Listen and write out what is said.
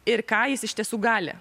ir ką jis iš tiesų gali